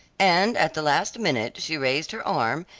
and at the last minute she raised her arm,